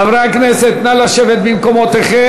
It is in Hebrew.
חברי הכנסת, נא לשבת במקומותיכם.